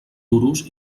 duros